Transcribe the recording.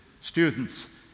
students